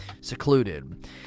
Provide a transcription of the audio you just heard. Secluded